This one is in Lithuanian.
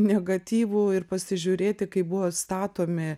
negatyvų ir pasižiūrėti kaip buvo statomi